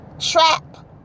trap